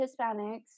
Hispanics